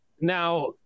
Now